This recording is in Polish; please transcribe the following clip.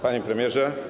Panie Premierze!